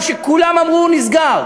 אף שכולם אמרו "הוא נסגר",